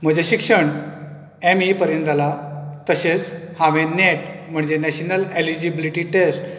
म्हजें शिक्षण M A पर्यंत जाला तशेंच हांवेन नॅट म्हणजे नेशनल ऍलिजीबीलीटी टॅस्ट